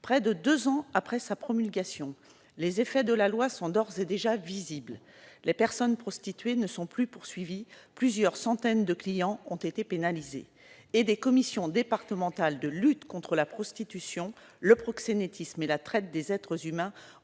Près de deux ans après sa promulgation, les effets de cette loi sont d'ores et déjà visibles. Les personnes prostituées ne sont plus poursuivies, plusieurs centaines de clients ont fait l'objet de poursuites pénales et des commissions départementales de lutte contre la prostitution, le proxénétisme et la traite des êtres humains